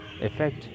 effect